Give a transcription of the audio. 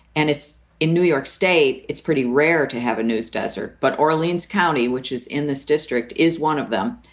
and it's in new york state. it's pretty rare to have a news desert. but orlean's county, which is in this district, is one of them,